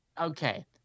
Okay